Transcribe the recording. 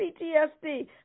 PTSD